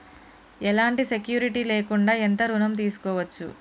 ఎలాంటి సెక్యూరిటీ లేకుండా ఎంత ఋణం తీసుకోవచ్చు?